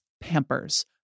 Pampers